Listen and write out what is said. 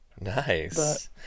Nice